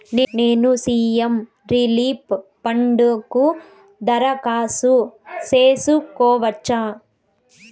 నేను CM relief fund కు దరఖాస్తు సేసుకోవచ్చా?